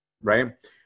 Right